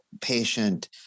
patient